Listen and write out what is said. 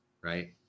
right